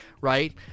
Right